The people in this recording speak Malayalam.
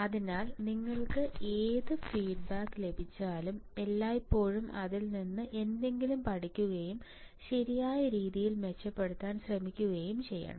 അതിനാൽ നിങ്ങൾക്ക് ഏത് ഫീഡ്ബാക്ക് ലഭിച്ചാലും എല്ലായ്പ്പോഴും അതിൽ നിന്ന് എന്തെങ്കിലും പഠിക്കുകയും ശരിയായ രീതിയിൽ മെച്ചപ്പെടുത്താൻ ശ്രമിക്കുകയും ചെയ്യണം